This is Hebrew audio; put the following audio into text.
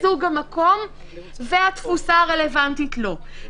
סוג המקום והתפוסה הרלוונטית לו.